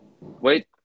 Wait